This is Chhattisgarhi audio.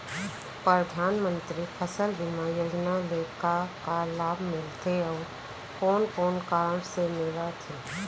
परधानमंतरी फसल बीमा योजना ले का का लाभ मिलथे अऊ कोन कोन कारण से मिलथे?